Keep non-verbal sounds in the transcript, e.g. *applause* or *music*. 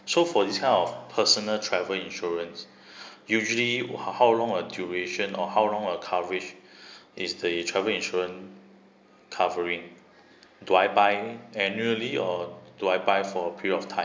so for this kind of personal travel insurance *breath* usually ho~ how long a duration or how long a coverage *breath* is the travel insurance covering do I buy annually or do I buy for a period of time